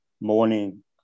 morning